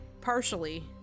Partially